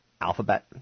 Alphabet